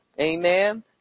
Amen